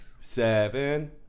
Seven